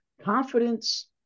confidence